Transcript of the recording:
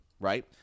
right